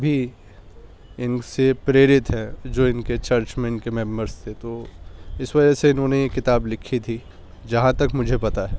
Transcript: بھی ان سے پریرت ہے جو ان کے چرچ میں ان کے ممبرس تھے تو اس وجہ سے انہوں نے یہ کتاب لکھی تھی جہاں تک مجھے پتا ہے